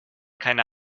keine